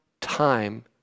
time